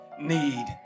need